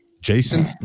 Jason